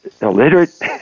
illiterate